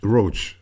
Roach